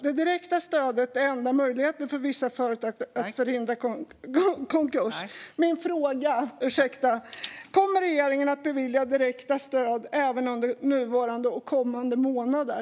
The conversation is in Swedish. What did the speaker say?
Det direkta stödet är för vissa företag enda möjligheten att förhindra konkurs. Kommer regeringen att bevilja direkta stöd även under nuvarande och kommande månader?